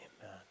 Amen